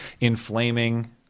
inflaming